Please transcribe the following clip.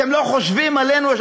אתם לא חושבים עלינו,